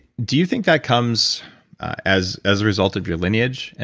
do you think that comes as as a result of your lineage? and